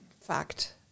fact